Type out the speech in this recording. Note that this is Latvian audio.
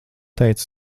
teica